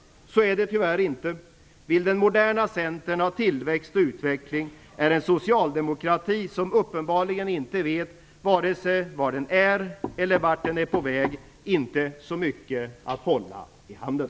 Så är det tyvärr inte. Vill det moderna Centern ha tillväxt och utveckling är en socialdemokrati som uppenbarligen inte vet vare sig var den är eller vart den är på väg inte så mycket att hålla i handen.